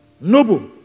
noble